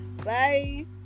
Bye